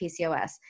PCOS